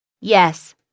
Yes